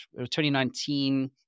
2019